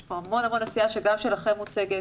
יש פה המון עשיה גם שלכם שמוצגת,